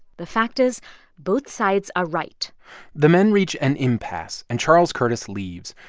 the fact is both sides are right the men reach an impasse. and charles curtis leaves.